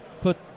put